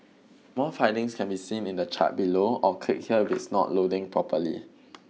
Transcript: more findings can be seen in the chart below or click here if it's not loading properly